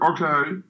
okay